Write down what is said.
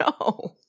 no